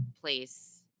place